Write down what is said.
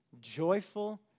Joyful